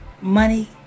money